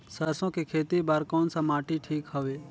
सरसो के खेती बार कोन सा माटी ठीक हवे?